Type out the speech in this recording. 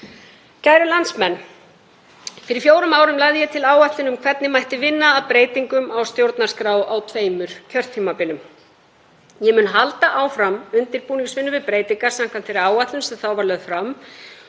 Kæru landsmenn. Fyrir fjórum árum lagði ég til áætlun um hvernig mætti vinna að breytingum á stjórnarskrá á tveimur kjörtímabilum. Ég mun halda áfram undirbúningsvinnu við breytingar samkvæmt þeirri áætlun sem þá var lögð fram